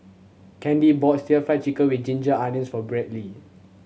Candy bought Stir Fried Chicken With Ginger Onions for Bradley